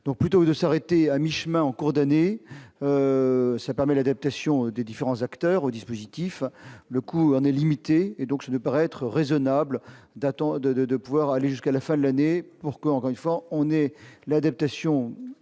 plutôt que de s'arrêter à mi-chemin en cours d'année ça permet l'adaptation des différents acteurs au dispositif le coup on est limité et donc ne pas être raisonnables datant de 2 de pouvoir aller jusqu'à la fin de l'année pour que, encore